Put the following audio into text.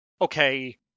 okay